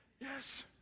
yes